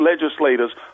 legislators